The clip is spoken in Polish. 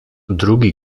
drugi